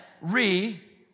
re